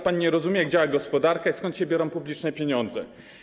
Pan nie rozumie, jak działa gospodarka i skąd się biorą publiczne pieniądze.